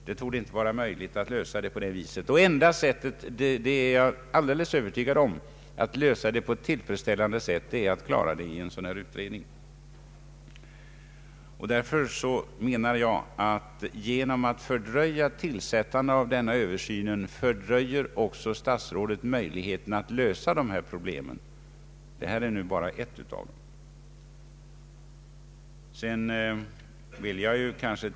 Det är bara genom en sådan här utredning man kan komma på det klara med denna fråga, det är jag övertygad om. Genom att fördröja en sådan översyn uppskjuter statsrådet också möjligheterna att lösa hithörande problem. Detta är endast ett av dem.